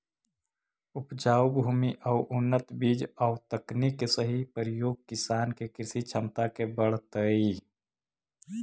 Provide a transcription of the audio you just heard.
उपजाऊ भूमि आउ उन्नत बीज आउ तकनीक के सही प्रयोग किसान के कृषि क्षमता के बढ़ऽतइ